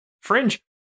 Fringe